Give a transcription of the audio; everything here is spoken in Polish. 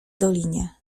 dolinie